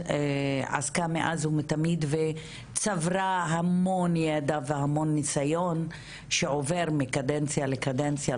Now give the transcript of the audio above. עסקה מאז ומתמיד וצברה המון המון ניסיון שעובר מקדנציה לקדנציה,